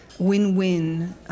win-win